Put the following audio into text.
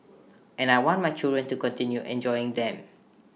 and I want my children to continue enjoying them